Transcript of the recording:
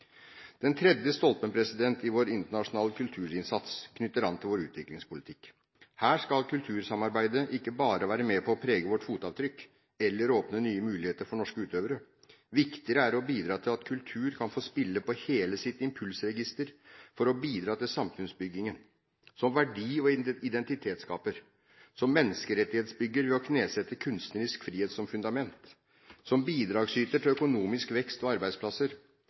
Den tredje stolpen i vår internasjonale kulturinnsats knytter an til vår utviklingspolitikk. Her skal kultursamarbeidet ikke bare være med på å prege vårt fotavtrykk eller åpne nye muligheter for norske utøvere. Viktigere er å bidra til at kultur kan få spille på hele sitt impulsregister for å bidra til samfunnsbyggingen: som verdi- og identitetsskaper, som menneskerettighetsbygger ved å knesette kunstnerisk frihet som fundament, som bidragsyter til økonomisk vekst og arbeidsplasser